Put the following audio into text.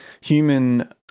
human